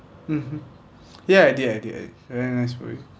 mmhmm ya I did I did uh very nice for you